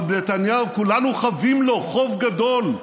אבל נתניהו, כולנו חבים לו חוב גדול.